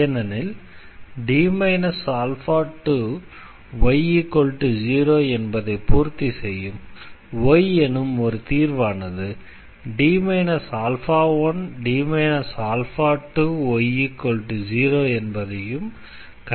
ஏனெனில் y0 என்பதை பூர்த்தி செய்யும் y எனும் ஒரு தீர்வானது D α1D 2y0 என்பதையும் கண்டிப்பாக பூர்த்தி செய்யும்